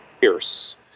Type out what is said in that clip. Pierce